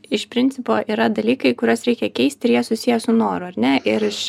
iš principo yra dalykai kuriuos reikia keisti ir jie susiję su noru ar ne ir iš